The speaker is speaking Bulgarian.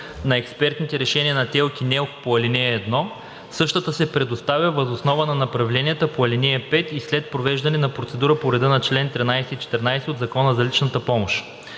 на експертните решения на ТЕЛК и НЕЛК по ал. 1, същата се предоставя въз основа на направленията по ал. 5 и след провеждане на процедура по реда на чл. 13 и 14 от Закона за личната помощ.